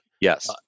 Yes